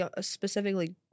specifically